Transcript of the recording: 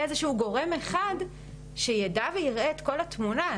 איזה שהוא גורם אחד שידע ויראה את כל התמונה.